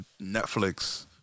Netflix